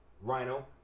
Rhino